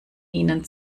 ihnen